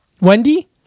Wendy